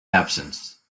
absence